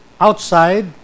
outside